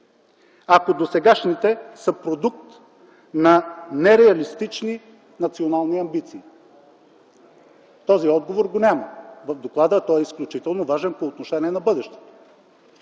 ако досегашните са продукт на нереалистични национални амбиции? Този отговор го няма в доклада, а той е изключително важен по отношение на бъдещето.